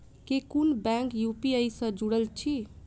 केँ कुन bank UPI सँ जुड़ल अछि?